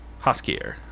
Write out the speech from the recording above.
Hoskier